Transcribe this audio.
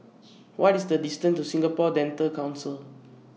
What IS The distance to Singapore Dental Council